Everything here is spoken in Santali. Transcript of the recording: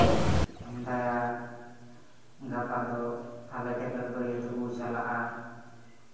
ᱦᱮᱸᱫᱟᱭᱟ ᱜᱟᱯᱟ ᱫᱚ ᱟᱞᱮ ᱴᱷᱮᱱ ᱠᱷᱚᱱ ᱵᱟᱹᱨᱭᱟᱹᱛᱚᱜ ᱵᱚᱱ ᱪᱟᱞᱟᱜᱼᱟ